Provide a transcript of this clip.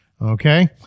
Okay